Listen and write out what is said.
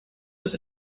was